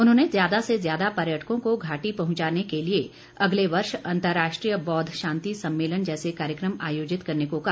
उन्होंने ज्यादा से ज्यादा पर्यटकों को घाटी पहुंचाने के लिए अगले वर्ष अंतर्राष्ट्रीय बौद्व शांति सम्मेलन जैसे कार्यक्रम आयोजित करने को कहा